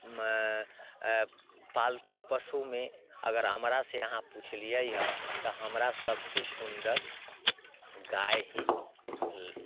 पालतू पशुमे अगर हमरासँ अहाँ पुछलियै हे तऽ हमरा सभसँ सुन्दर गाए ही ल